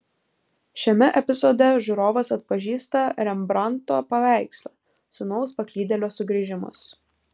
šiame epizode žiūrovas atpažįsta rembrandto paveikslą sūnaus paklydėlio sugrįžimas